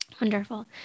Wonderful